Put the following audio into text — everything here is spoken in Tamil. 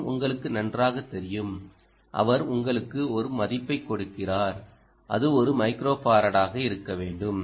Cin உங்களுக்கு நன்றாகத் தெரியும் அவர் உங்களுக்கு ஒரு மதிப்பைக் கொடுக்கிறார் அது ஒரு மைக்ரோஃபரடாக இருக்க வேண்டும்